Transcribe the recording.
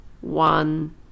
One